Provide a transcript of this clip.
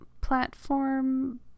platform